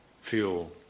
feel